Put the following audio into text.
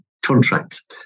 Contracts